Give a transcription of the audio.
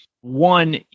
one